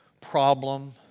problem